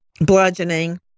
Bludgeoning